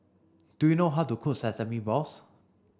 do you know how to cook sesame balls